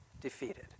defeated